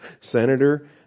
senator